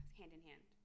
hand-in-hand